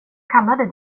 kallade